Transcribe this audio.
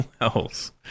else